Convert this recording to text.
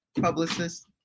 publicist